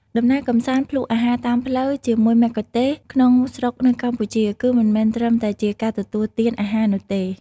ដំណើរកម្សាន្តភ្លក្សអាហារតាមផ្លូវជាមួយមគ្គុទ្ទេសក៍ក្នុងស្រុកនៅកម្ពុជា គឺមិនមែនត្រឹមតែជាការទទួលទានអាហារនោះទេ